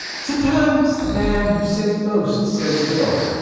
sometimes the man who says most says little,